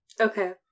Okay